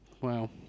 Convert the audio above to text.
Wow